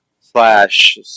slash